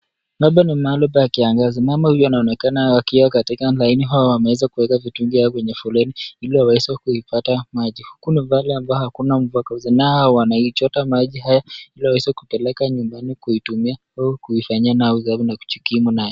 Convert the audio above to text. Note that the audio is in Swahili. Hapa ni mahali pa kiangazi, mama huyu anaonekana akiwa katika laini wameweza kuweka mitungi yao kwenye foleni ili waweze kuipata maji. Huku ni mahali ambapo hakuna mvua na hao wanaichota maji haya ili waweze kupeleka nyumbani kuitumia ili kuifanyia nao usafi na kujikimu nayo.